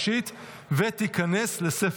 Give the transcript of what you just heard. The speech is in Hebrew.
בעד, 15, אין נגד, אין נמנעים.